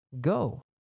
Go